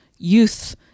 youth